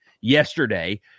yesterday